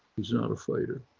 he's not a fighter.